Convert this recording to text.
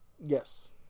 Yes